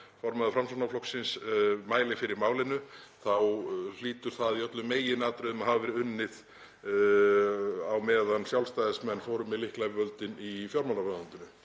formaður Framsóknarflokksins, mæli fyrir málinu þá hlýtur það í öllum meginatriðum að hafa verið unnið á meðan Sjálfstæðismenn fóru með lyklavöldin í fjármálaráðuneytinu,